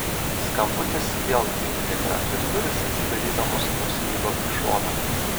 skambutis vėl dzingtelėjo ir durys atsidarydamos nuslydo į šoną